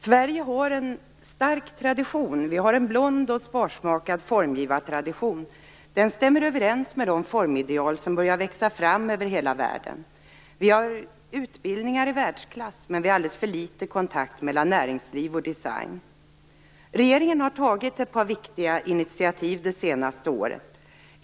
Sverige har en stark tradition. Vi har en blond och sparsmakad formgivartradition. Den stämmer överens med de formideal som börjar växa fram över hela världen. Vi har utbildningar i världsklass, men vi har alldeles för litet kontakt mellan näringsliv och design. Regeringen har tagit ett par viktiga initiativ de senaste åren.